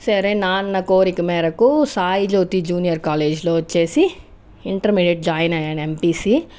సరే నాన్న కోరిక మేరకు సాయిజ్యోతి జూనియర్ కాలేజ్లో వచ్చి ఇంటర్మీడియట్ జాయిన్ అయ్యాను ఎంపీసీ